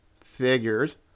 Figures